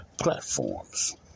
platforms